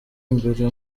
imbere